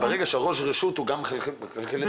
אבל ברגע שראש הרשות הוא גם חלק באותו תקציב